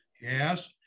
Yes